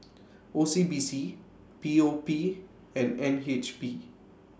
O C B C P O P and N H B